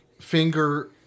finger